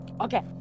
Okay